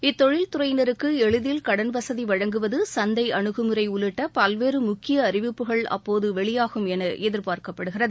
இத்தொழில் துறையினருக்கு எளிதில் கடன் வசதி வழங்குவது சந்தை அணுகுமுறை உள்ளிட்ட பல்வேறு முக்கிய அறிவிப்புகள் அப்போது வெளியாகும் என எதிர்பார்க்கப்படுகிறது